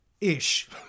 ish